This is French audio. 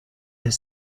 est